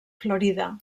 florida